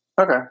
Okay